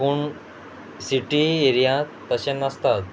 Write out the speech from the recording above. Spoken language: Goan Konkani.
पूण सिटी एरियांत तशें नासता